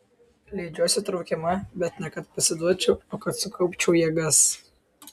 leidžiuosi traukiama bet ne kad pasiduočiau o kad sukaupčiau jėgas